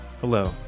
Hello